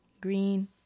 green